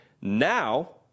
Now